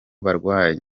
barwayi